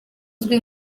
uzwi